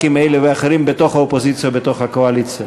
כנסת כאלה ואחרים בתוך האופוזיציה ובתוך הקואליציה.